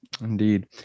Indeed